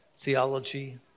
theology